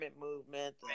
movement